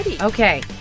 Okay